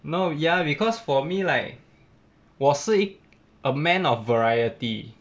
no ya because for me like 我是一 a man of variety